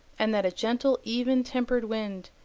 and that a gentle, even-tempered wind,